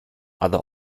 other